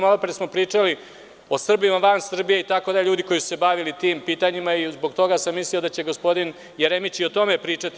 Malopre smo o tome pričali, o Srbima van Srbima itd, ljudima koji su se bavili tim pitanja i zbog toga sam mislio da će gospodin Jeremić i o tome pričati.